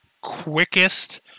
quickest